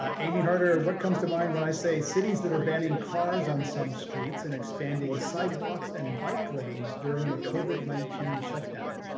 amy harder what comes to mind when i say cities that are banning cars on some streets and expanding? sidewalks and bike lanes during the cova nineteen shutdown